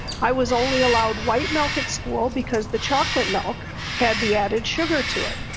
i was only allowed white milk at school because the chocolate milk had the added sugar to it.